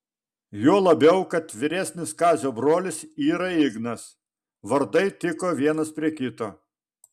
juo labiau kad vyresnis kazio brolis yra ignas vardai tiko vienas prie kito